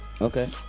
Okay